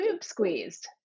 squeezed